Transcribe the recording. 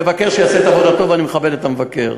המבקר שיעשה את עבודתו, ואני מכבד את המבקר.